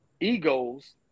egos